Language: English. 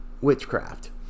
witchcraft